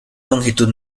longitud